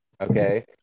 okay